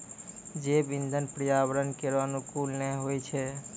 जैव इंधन पर्यावरण केरो अनुकूल नै होय छै